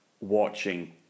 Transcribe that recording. watching